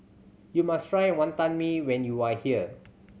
you must try Wonton Mee when you are here